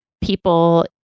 people